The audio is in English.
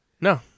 No